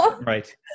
Right